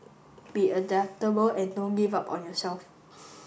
be adaptable and don't give up on yourself